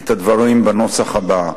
את הדברים בנוסח הבא: